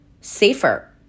safer